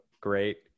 great